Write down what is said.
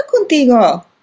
contigo